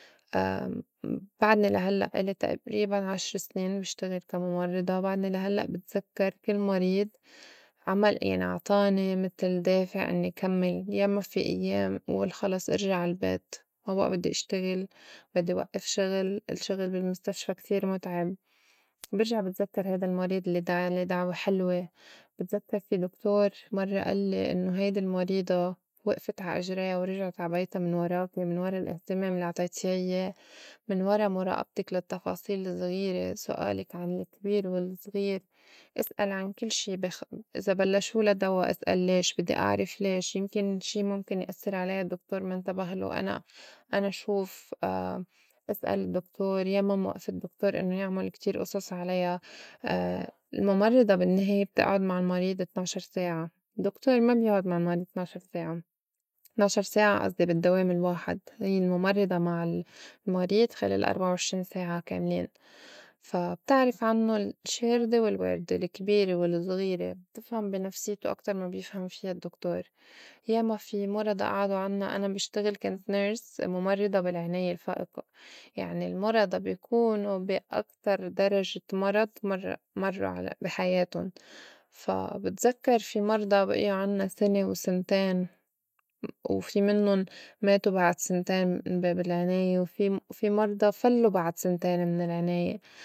ب- بعدني لا هلّأ ألي تقريباً عشر سنين بشتغل كا مُمرّضة بعدني لا هلّأ بتزكّر كل مريض عَمَل يعني عطاني متل دافع إنّي كمّل. ياما في أيّام قول خلّص ارجع عالبيت ما بقى بدّي اشتغِل بدّي وقّف شغل، الشّغل بالمستشفى كتير مُتعب. برجع بتزكّر هيدا المريض الّي دعا لي دعوة حلوة. بتزكّر في دكتور مرّة آلّي إنّو هيدي المريضة وقفت عا اجريا ورجعت عا بيتا من وراكي من ورا الاهتمام الّي عطيتيها يا، من ورا مُراقبتك للتّفاصيل الزغيره، سؤالك عن الكبير والزغير، اسأل عن كل شي بخ- إذا بلّشولا دوا اسأل ليش؟ بدّي أعرف ليش يمكن شي مُمكن يأسّر عليا الدّكتور ما انتبهلو، أنا- أنا شوف اسأل الدّكتور، ياما موقفة الدّكتور إنّو يعمل كتير أصص عليا، المُمرّضة بالنّهاية بتأعُد مع المريض طنا عشر ساعة دكتور ما بيعُد مع المريض طنا عشر ساعة. طنا عشر ساعة أصدي بالدّوام الواحد هيّ المُمرّضة مع ال- المريض خِلال أربعة وعشرين ساعة كاملين. فا بتعرف عنّو الشّاردة والواردة، الكبيرة والزغيرة، بتفهم بي نفسيته أكتر ما بيفهم فيا الدّكتور. ياما في مُرَضى أعدو عنّا. أنا بشتغل كنت nurse مُمرّضة بالعناية الفائقة يعني المُرضى بي كونوا بي أكتر درجة مرض مرّو- مرّو بي حياتُن، فا بتزكّر في مرْضى بئيو عنّا سنة وسنتين وفي منُّن ماته بعد سنتين من باب العناية و في- في مرضى فلّو بعد سنتين من العناية.